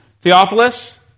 Theophilus